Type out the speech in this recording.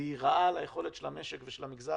והיא רעה ליכולת של המשק ושל המגזר